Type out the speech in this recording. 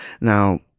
now